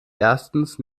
erstens